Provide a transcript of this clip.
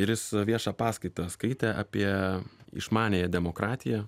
ir jis viešą paskaitą skaitė apie išmaniąją demokratiją